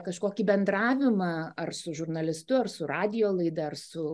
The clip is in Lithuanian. kažkokį bendravimą ar su žurnalistu ar su radijo laida ar su